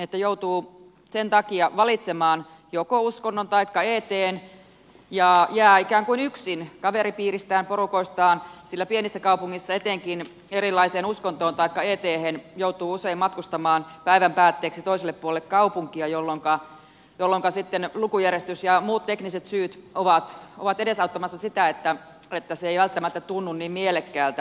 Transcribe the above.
että joutuu tämän takia valitsemaan joko uskonnon taikka etn ja jää ikään kuin yksin kaveripiiristään porukoistaan sillä etenkin pienissä kaupungeissa erilaisen uskonnon taikka etn opetukseen joutuu usein matkustamaan päivän päätteeksi toiselle puolelle kaupunkia jolloinka sitten lukujärjestys ja muut tekniset syyt ovat edesauttamassa sitä että myöskään se opiskelu ei välttämättä tunnu niin mielekkäältä